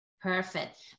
Perfect